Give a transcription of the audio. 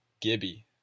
Gibby